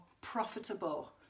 profitable